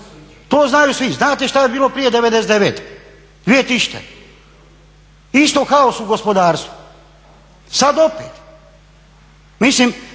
To znaju svi. Znate šta je bilo prije '99., 2000.? Isto kaos u gospodarstvu. Sad opet. Mislim